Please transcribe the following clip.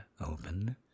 open